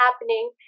happening